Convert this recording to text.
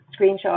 screenshot